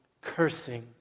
cursing